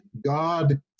God